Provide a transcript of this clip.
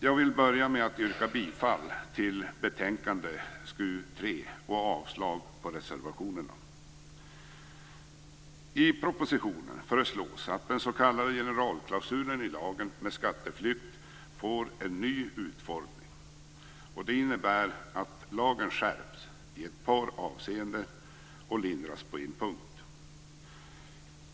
Jag vill börja med att yrka bifall till hemställan i skatteutskottets betänkande 1997/98:SkU3 och avslag på reservationerna. Det innebär att lagen skärps i ett par avseenden och lindras på en punkt.